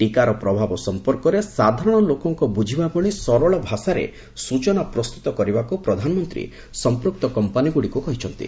ଟୀକାର ପ୍ରଭାବ ସମ୍ପର୍କରେ ସାଧାରଣ ଲୋକଙ୍କ ବୁଝିବା ଭଳି ସରଳ ଭାଷାରେ ସୂଚନା ପ୍ରସ୍ତୁତ କରିବାକୁ ପ୍ରଦାନମନ୍ତ୍ରୀ ସମ୍ପୂକ୍ତ କମ୍ପାନୀଗୁଡ଼ିକୁ କହିଚ୍ଛନ୍ତି